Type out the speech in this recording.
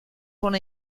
una